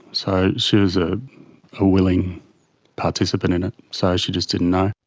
so she was a ah willing participant in it, so she just didn't know.